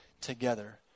together